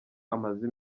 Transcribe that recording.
amaze